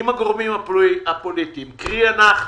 אם הגורמים הפוליטיים, קרי אנחנו,